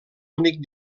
únic